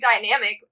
dynamic